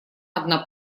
одна